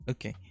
Okay